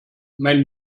mein